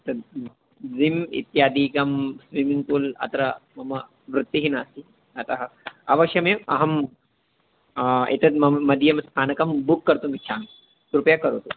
तद् ज़िम् इत्यादिकं swimming pool अत्र मम वृत्तिः नास्ति अतः अवश्यमेव अहं एतद् मम मदीयं स्थानकं बुक् कर्तुमिच्छामि कृपया करोतु